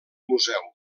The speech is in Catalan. museu